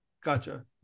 gotcha